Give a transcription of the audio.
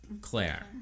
Claire